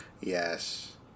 Yes